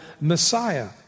Messiah